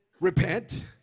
Repent